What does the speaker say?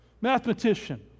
mathematician